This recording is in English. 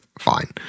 fine